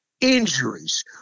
injuries